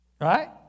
Right